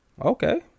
Okay